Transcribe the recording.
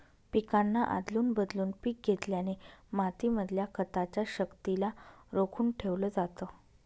पिकांना आदलून बदलून पिक घेतल्याने माती मधल्या खताच्या शक्तिला रोखून ठेवलं जातं